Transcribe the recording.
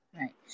right